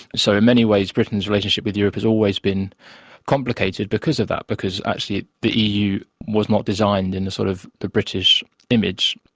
so in many ways britain's relationship with europe has always been complicated because of that, because actually ah the eu was not designed in the sort of the british image,